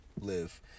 Live